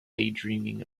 daydreaming